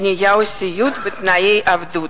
בנייה או סיעוד בתנאי עבדות,